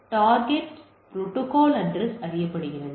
target protocol address அறியப்படுகிறது